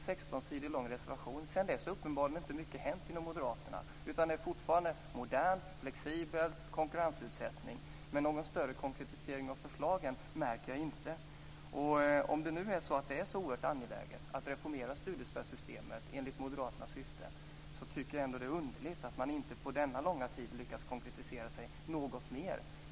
Uppenbarligen har inte mycket hänt sedan dess bland moderaterna, utan det handlar fortfarande om modernitet, flexibilitet och konkurrensutsättning. Någon större konkretisering av förslagen märker jag inte. Om det nu är så oerhört angeläget att reformera studiestödssystemet enligt moderaternas synsätt, tycker jag att det är underligt att man inte på denna långa tid har lyckats konkretisera sig något mer.